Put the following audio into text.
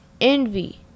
envy